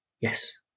yes